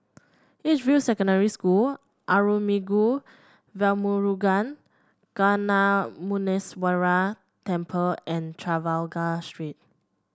Edgefield Secondary School Arulmigu Velmurugan Gnanamuneeswarar Temple and Trafalgar Street